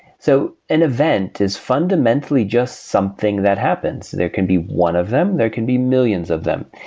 so an event is fundamentally just something that happens. there can be one of them, there can be millions of them.